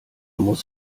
muss